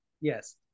Yes